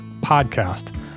podcast